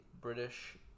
British